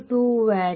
2 watt